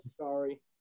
Sorry